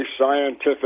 scientific